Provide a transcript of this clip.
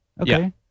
okay